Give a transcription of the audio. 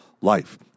life